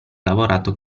lavorato